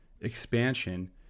expansion